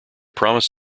promised